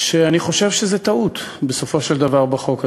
שאני חושב שזו טעות, בסופו של דבר, בחוק הזה.